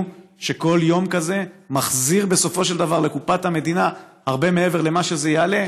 שכל יום כזה מחזיר בסופו של דבר לקופת המדינה הרבה מעבר למה שזה יעלה,